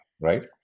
right